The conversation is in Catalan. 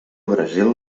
brasil